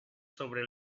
sobre